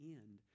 end